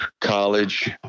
college